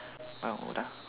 bermuda